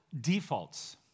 defaults